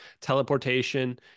teleportation